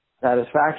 satisfaction